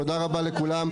תודה רבה לכולם.